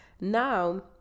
Now